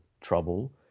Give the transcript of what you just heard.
trouble